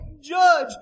judge